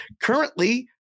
currently